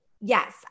yes